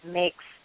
makes